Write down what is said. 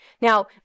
Now